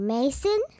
Mason